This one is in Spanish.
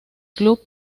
club